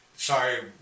Sorry